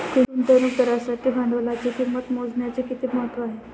गुंतवणुकदारासाठी भांडवलाची किंमत मोजण्याचे किती महत्त्व आहे?